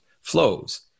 flows